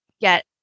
get